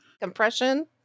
Compression